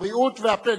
הבריאות והפנסיה.